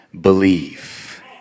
believe